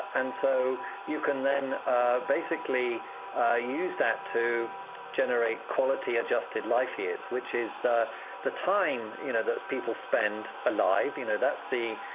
and so you can then basically use that to generate quality-adjusted life years, which is the the time you know that people spend alive you know that's the